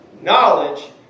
Knowledge